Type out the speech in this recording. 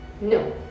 No